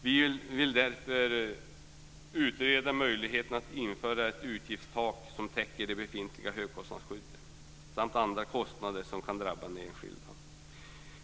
Vi vill därför utreda möjligheten att införa ett utgiftstak som täcker de befintliga högkostnadsskydden samt andra kostnader som kan drabba den enskilde.